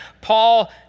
Paul